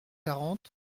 quarante